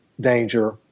danger